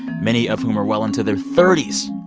many of whom are well into their thirty s,